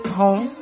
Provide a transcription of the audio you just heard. home